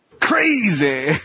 Crazy